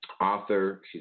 author